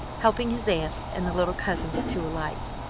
helping his aunt and the little cousins to alight.